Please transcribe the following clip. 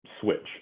switch